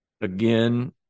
Again